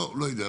לא יודע,